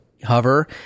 hover